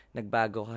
Nagbago